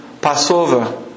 Passover